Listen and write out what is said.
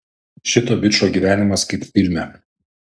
šito bičo gyvenimas kaip filme